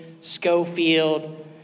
Schofield